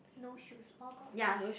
no shoes all got no shoes